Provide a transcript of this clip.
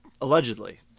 Allegedly